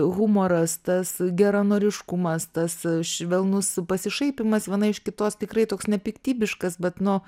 humoras tas geranoriškumas tas švelnus pasišaipymas viena iš kitos tikrai toks nepiktybiškas bet nu